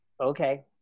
Okay